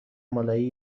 مالایی